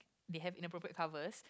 they have inappropriate covers